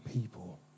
people